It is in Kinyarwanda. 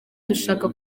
dushaka